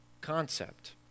concept